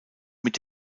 mit